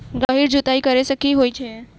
गहिर जुताई करैय सँ की होइ छै?